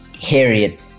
Harriet